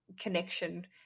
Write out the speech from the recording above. Connection